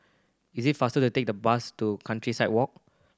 is it faster to take the bus to Countryside Walk